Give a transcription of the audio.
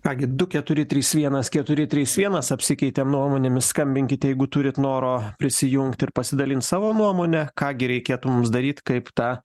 ką gi du keturi trys vienas keturi trys vienas apsikeitėm nuomonėmis skambinkit jeigu turit noro prisijungt ir pasidalint savo nuomone ką gi reikėtų mums daryt kaip tą